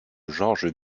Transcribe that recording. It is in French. georges